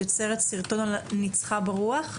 יוצרת סרטון "ניצחה ברוח"?